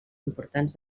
importants